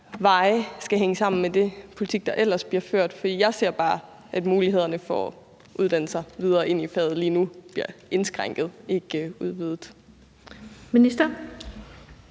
veje skal hænge sammen med den politik, der ellers bliver ført, for jeg ser bare, at mulighederne for at uddanne sig videre ind i faget lige nu bliver indskrænket, ikke udvidet. Kl.